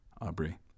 Aubrey